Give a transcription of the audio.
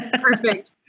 Perfect